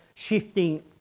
Shifting